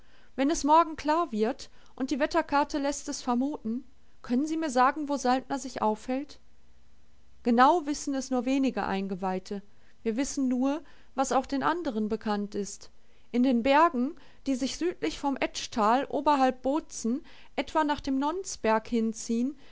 wenn es morgen klar wird und die wetterkarte läßt es vermuten können sie mir sagen wo saltner sich aufhält genau wissen es nur wenige eingeweihte wir wissen nur was auch den andern bekannt ist in den bergen die sich südlich vom etschtal oberhalb bozen etwa nach dem nonsberg hinziehen